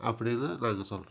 அப்படி தான் நாங்கள் சொல்லுறோம்